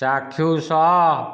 ଚାକ୍ଷୁଷ